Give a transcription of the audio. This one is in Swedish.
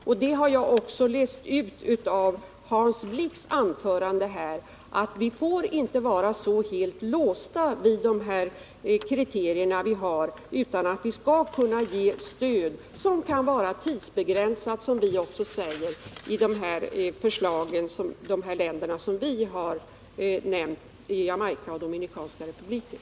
Jag har också läst ut ur Hans Blix anförande här att vi inte får vara så helt låsta vid dessa kriterier. Vi måste också kunna ge stöd som är tidsbegränsat. Det säger vi i våra förslag beträffande de länder som vi har nämnt: Jamaica och Dominikanska republiken.